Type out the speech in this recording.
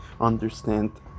understand